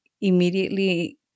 immediately